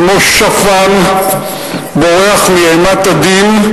כמו שפן בורח מאימת הדין,